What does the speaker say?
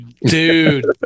Dude